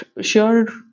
sure